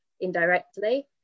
indirectly